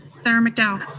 senator mcdowell?